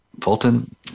Fulton